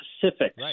pacific